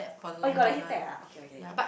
oh you got the heat tech ah okay okay okay